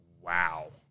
Wow